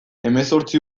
hemezortzi